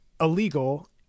illegal